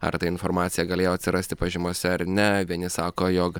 ar ta informacija galėjo atsirasti pažymose ar ne vieni sako jog